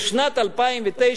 בשנת 2009,